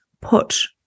put